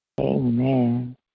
Amen